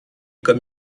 comme